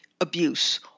abuse